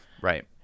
Right